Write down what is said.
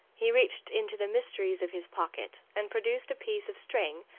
he reached into the mysteries of his pocket and produced a piece of string,